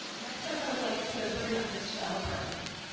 ah next up i would like to bring up michelle brunz